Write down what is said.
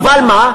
אבל מה?